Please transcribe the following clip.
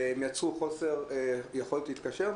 וגם בפירוש אני יכולה להבין את